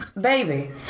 Baby